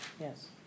Yes